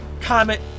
comment